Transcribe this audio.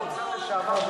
שר האוצר לשעבר,